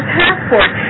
passport